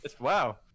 Wow